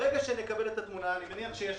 ברגע שנקבל את התמונה אני מניח שיש